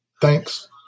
Thanks